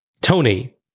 Tony